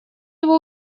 его